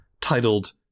titled